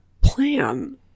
plan